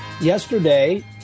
yesterday